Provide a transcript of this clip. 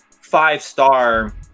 five-star